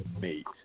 mate